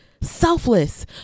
selfless